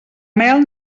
mel